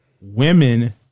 women